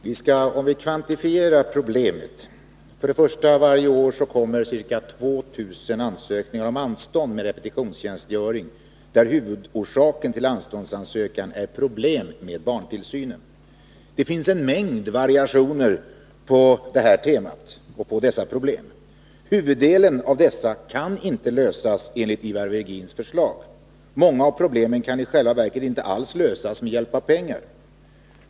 Herr talman! Låt mig till att börja med kvanitifiera problemet. Varje år inkommer ca 2 000 ansökningar om anstånd med repetitionstjänstgöring, där huvudorsaken till anståndsansökan är problem med barntillsynen. Det finns en mängd variationer på detta tema och på dessa problem. Huvuddelen av dem kan inte lösas enligt Ivar Virgins förslag. Många av problemen kan i själva verket inte alls lösas med hjälp av pengar.